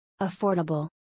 Affordable